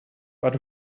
but